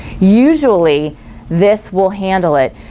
usually this will handle it.